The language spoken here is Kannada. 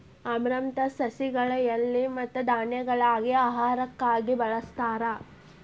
ಅಮರಂತಸ್ ಸಸಿಗಳ ಎಲಿ ಮತ್ತ ಧಾನ್ಯಗಳಾಗಿ ಆಹಾರಕ್ಕಾಗಿ ಬಳಸ್ತಾರ